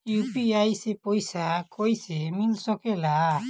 UPI से पइसा कईसे मिल सके ला?